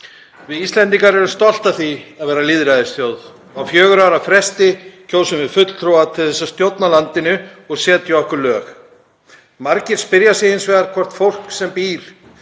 Við Íslendingar erum stolt af því að vera lýðræðisþjóð. Á fjögurra ára fresti kjósum við fulltrúa til að stjórna landinu og setja okkur lög. Margir spyrja sig hins vegar hvort fólk sem býr